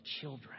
children